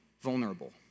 vulnerable